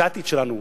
זה העתיד שלנו,